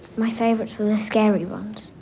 my favorites were the scary ones